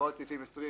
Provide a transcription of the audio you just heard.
הוראות סעיפים 20ב(ב),